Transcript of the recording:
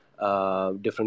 Different